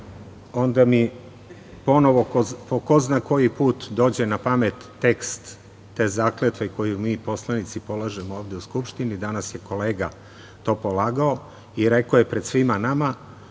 onda mi ponovo po ko zna koji put dođe na pamet tekst te zakletve koju mi poslanici polažemo ovde u Skupštini. Danas je kolega to polagao i rekao je pred svima nama